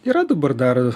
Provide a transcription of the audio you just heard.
yra dabar dar